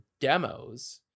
demos